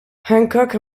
hancock